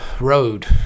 road